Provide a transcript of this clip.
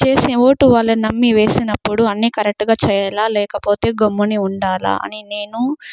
చేసే ఓటు వలన నమ్మి వేసినప్పుడు అన్నీ కరెక్ట్గా చేయాలా లేకపోతే గమ్మున ఉండాలా అని నేను